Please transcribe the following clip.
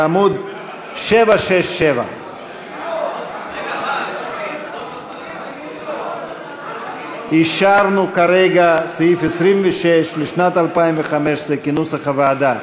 בעמוד 767. אישרנו כרגע סעיף 26 לשנת 2015 כנוסח הוועדה,